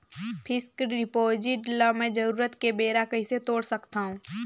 Fixed deposit ल मैं जरूरत के बेरा कइसे तोड़ सकथव?